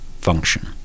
function